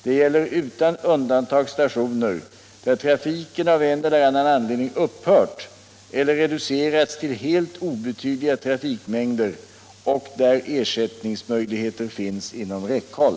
Det gäller utan undantag stationer där trafiken av en eller annan anledning upphört eller reducerats till helt obetydliga trafik mängder och där ersättningsmöjligheter finns inom räckhåll.